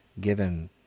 given